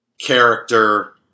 Character